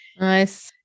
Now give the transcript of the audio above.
Nice